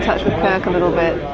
kirk a little bit.